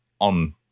on